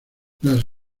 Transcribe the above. las